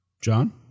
john